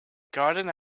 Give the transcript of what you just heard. garden